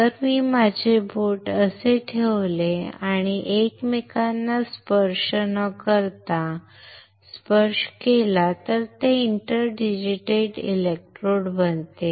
जर मी माझे बोट असे ठेवले आणि एकमेकांना स्पर्श न करता स्पर्श केला तर ते इंटर डिजीटेटेड इलेक्ट्रोड बनते